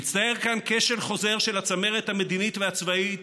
"מצטייר כאן כשל חוזר של הצמרת המדינית והצבאית